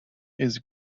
his